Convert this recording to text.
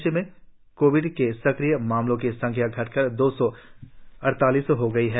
प्रदेश में कोविड के सक्रिय मामलों की संख्या घटकर दो सौ अड़तालीस रह गई है